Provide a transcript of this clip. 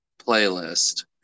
playlist